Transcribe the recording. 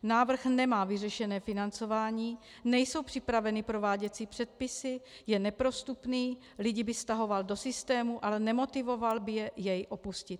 Návrh nemá vyřešené financování, nejsou připraveny prováděcí předpisy, je neprostupný, lidi by stahoval do systému, ale nemotivoval by je jej opustit.